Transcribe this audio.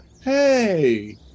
hey